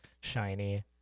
shiny